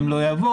הם לא יבואו,